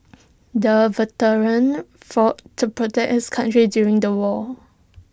the veteran fought to protect his country during the war